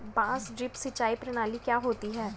बांस ड्रिप सिंचाई प्रणाली क्या होती है?